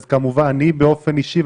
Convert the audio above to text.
אז אני באופן אישי,